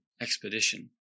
expedition